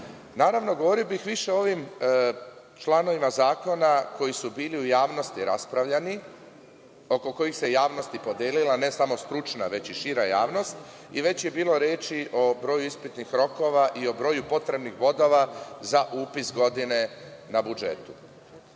govorio bih više o ovim članovima zakona koji su bili u javnosti raspravljani, oko kojih se javnost podelila, ne samo stručna, već i šira javnost i već je bilo reči o broju ispitnih rokova i o broju potrebnih bodova za upis godine na budžetu. Ne